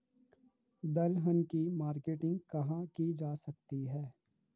दलहन की मार्केटिंग कहाँ की जा सकती है?